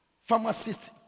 Pharmacist